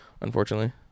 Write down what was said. unfortunately